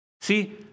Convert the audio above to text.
See